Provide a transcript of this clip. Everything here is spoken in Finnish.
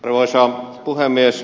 arvoisa puhemies